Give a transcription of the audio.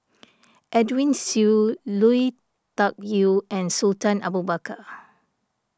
Edwin Siew Lui Tuck Yew and Sultan Abu Bakar